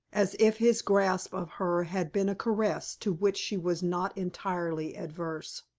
as if his grasp of her had been a caress to which she was not entirely averse.